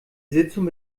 sitzung